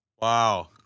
Wow